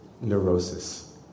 neurosis